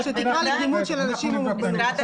שתקרא לקדימות של אנשים עם מוגבלות.